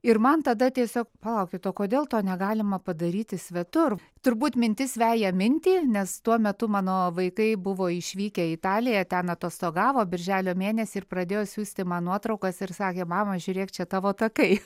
ir man tada tiesiog palaukit o kodėl to negalima padaryti svetur turbūt mintis veja mintį nes tuo metu mano vaikai buvo išvykę į italiją ten atostogavo birželio mėnesį ir pradėjo siųsti man nuotraukas ir sakė mama žiūrėk čia tavo takai